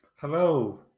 Hello